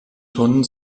tonnen